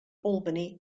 albany